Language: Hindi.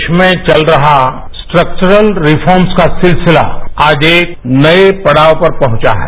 देश में चल रहा स्ट्रक्वरत रिफ़ॉर्मस का सिलसिला आज एक नये पड़ाव पर पहुंचा है